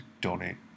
donate